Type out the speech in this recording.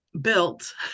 Built